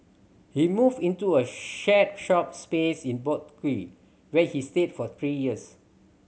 he moved into a shared shop space in Boat Quay where he stayed for three years